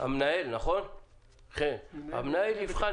המנהל יבחן,